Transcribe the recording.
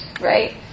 right